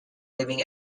leaving